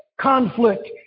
conflict